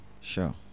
Sure